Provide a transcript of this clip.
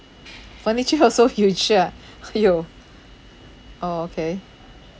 furniture also you insure ah !aiyo! orh okay